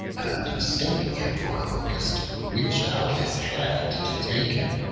and mistaking him for a locust, reached out his hand to take him.